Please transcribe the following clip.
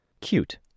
Cute